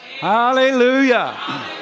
Hallelujah